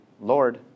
Lord